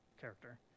character